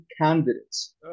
candidates